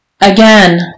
Again